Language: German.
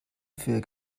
für